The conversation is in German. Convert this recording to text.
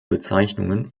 bezeichnungen